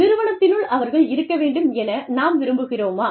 நிறுவனத்தினுள் அவர்கள் இருக்க வேண்டும் என நாம் விரும்புகிறோமா